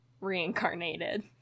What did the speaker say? reincarnated